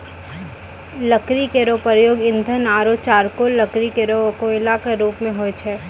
लकड़ी केरो प्रयोग ईंधन आरु चारकोल लकड़ी केरो कोयला क रुप मे होय छै